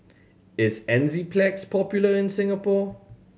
is Enzyplex popular in Singapore